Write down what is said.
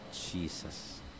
Jesus